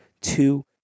two